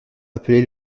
appelé